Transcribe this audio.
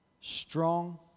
strong